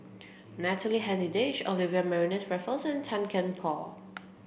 Natalie Hennedige Olivia Mariamne Raffles and Tan Kian Por